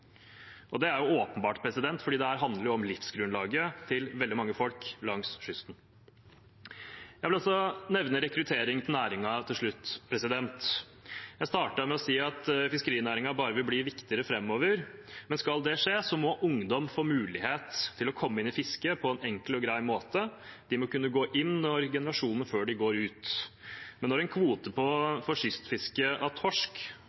Og det er åpenbart, for det handler om livsgrunnlaget til veldig mange folk langs kysten. Jeg vil også nevne rekruttering til næringen til slutt. Jeg startet med å si at fiskerinæringen bare vil bli viktigere framover, men skal det skje, må ungdom få mulighet til å komme inn i fisket på en enkel og grei måte. De må kunne gå inn når generasjonen før dem går ut. Men når en kvote på kystfiske av torsk